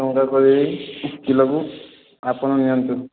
କିଲୋକୁ ଆପଣ ନିଅନ୍ତୁ